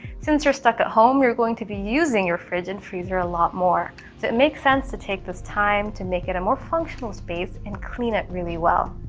since you're stuck at home, you're going to be using your fridge and freezer a lot more. so it makes sense to take this time to make it a more functional space and clean it really well.